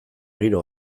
giro